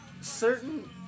certain